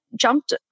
jumped